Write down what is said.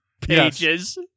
pages